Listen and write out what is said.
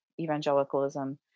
Evangelicalism